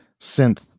synth